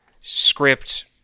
script